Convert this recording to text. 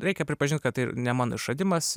reikia pripažint kad tai ne mano išradimas